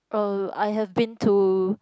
uh I have been to